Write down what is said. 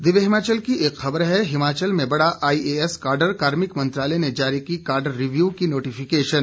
दिव्य हिमाचल की एक खबर है हिमाचल में बढ़ा आईएएस काडर कार्मिक मंत्रालय ने जारी की काडर रिव्यू की नोटिफिकेशन